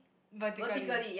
vertically